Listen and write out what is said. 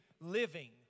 living